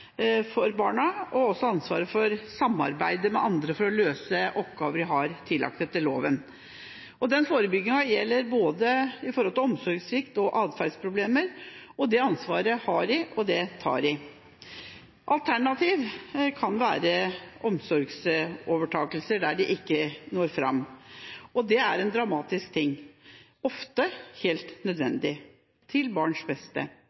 også ansvar for å samarbeide med andre for å løse oppgaver man er tillagt etter loven. Forebyggingen gjelder både for omsorgssvikt og atferdsproblemer. Det ansvaret har de, og det tar de. Alternativet der man ikke når fram, kan være omsorgsovertakelse. Det er dramatisk, men ofte helt nødvendig, og til barns beste.